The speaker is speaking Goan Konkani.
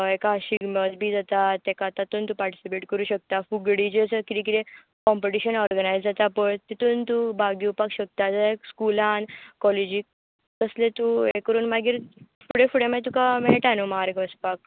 हेका शिगमो बी जाता ताका तातून तूं पार्टिसीपेट करूं शकता फुगडी जशी किदें किदें कॉम्पिटीशन ऑरगनाइज जाता पळय तितून तूं भाग घेवपाक शकता जाय स्कुलान कॉलेजीत तसलें तूं यें करून मागीर फुडे फु़डे मागीर तुका मेळटा नू मार्ग वचपाक